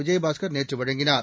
விஜயபாஸ்கர் நேற்று வழங்கினார்